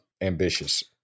ambitious